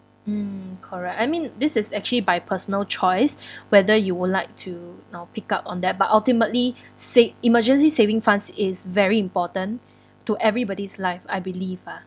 mm correct I mean this is actually by personal choice whether you would like to know pick up on that but ultimately sa~ emergency saving funds is very important to everybody's life I believe ah